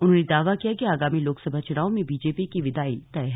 उन्होंने दावा किया आगामी लोकसभा चुनाव में बीजेपी की विदाई तय है